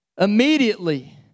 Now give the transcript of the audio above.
Immediately